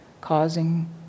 causing